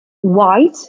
white